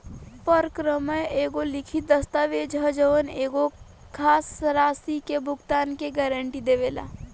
परक्रमय एगो लिखित दस्तावेज ह जवन एगो खास राशि के भुगतान के गारंटी देवेला